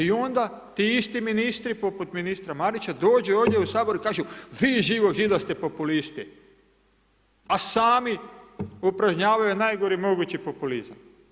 I onda ti isti ministri poput ministra Marića dođe ovdje u Sabor i kažu vi iz Živog zida ste populisti, a sami upražnjavaju najgori mogući populizam.